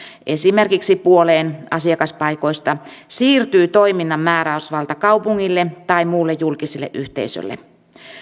esimerkiksi puoleen asiakaspaikoista siirtyy toiminnan määräysvalta kaupungille tai muulle julkiselle yhteisölle